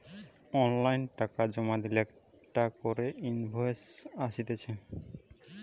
online টাকা জমা দিলে একটা করে ইনভয়েস আসতিছে